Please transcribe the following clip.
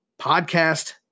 podcast